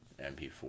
MP4